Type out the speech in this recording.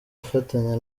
afatanya